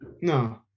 no